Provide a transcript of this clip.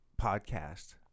podcast